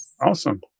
Awesome